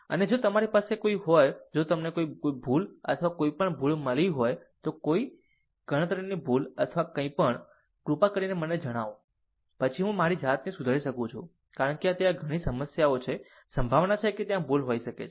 અને જો તમારી પાસે કોઈ હોય જો તમને કોઈ ભૂલ અથવા કોઈપણ ભૂલ મળી હોય તો કોઈ ગણતરીની ભૂલ અથવા કંઈપણ કૃપા કરીને મને જણાવો પછી હું મારી જાતને સુધારી શકું કારણ કે ત્યાં ઘણી સમસ્યાઓ છે સંભાવના છે કે ત્યાં ભૂલ હોઈ શકે છે